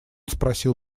спросил